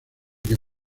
que